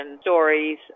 stories